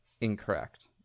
incorrect